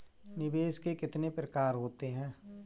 निवेश के कितने प्रकार होते हैं?